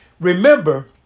Remember